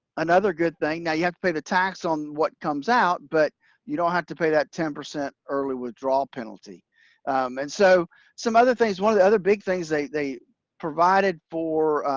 another good thing. now, you have to pay the tax on what comes out, but you don't have to pay that ten percent early withdrawal penalty and so some other things one of the other big things they they provided for,